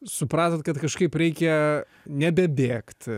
supratot kad kažkaip reikia nebebėgt